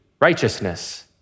righteousness